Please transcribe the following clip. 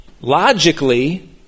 logically